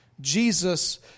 Jesus